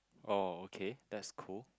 oh okay that's cool